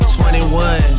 21